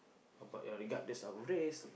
about your regardless our race